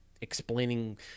explaining